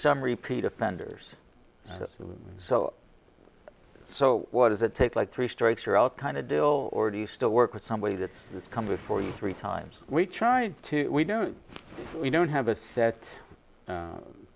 some repeat offenders so so what is it take like three strikes you're out kind of deal or do you still work with somebody that has come before you three times we try to we don't we don't have a set